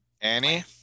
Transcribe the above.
Annie